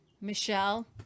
Michelle